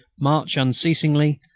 march unceasingly,